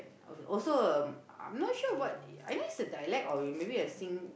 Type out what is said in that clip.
also um I'm not sure what I think is a dialect or maybe a sing